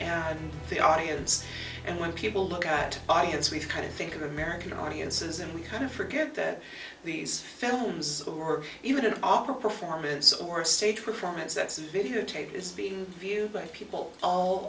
and the audience and when people look at audience we've kind of think of american audiences and we kind of forget that these films or even an opera performance or stage performance that's videotape is being viewed by people all